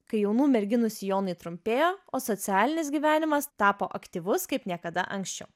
kai jaunų merginų sijonai trumpėjo o socialinis gyvenimas tapo aktyvus kaip niekada anksčiau